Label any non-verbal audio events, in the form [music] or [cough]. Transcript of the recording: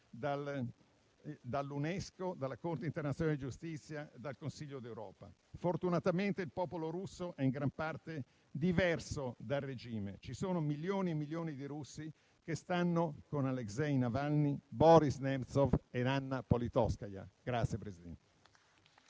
dall'Unesco, dalla Corte internazionale di giustizia, dal Consiglio d'Europa. Fortunatamente il popolo russo è in gran parte diverso dal regime. Ci sono milioni e milioni di russi che stanno con Alexey Navalny, Boris Nemtsov ed Anna Politkovskaja. [applause]